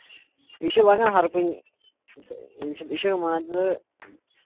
یہِ چھُ لگان ہر کُنہِ یِم چھِم یہِ چھُ مان ژٕ